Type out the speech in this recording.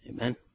Amen